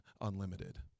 unlimited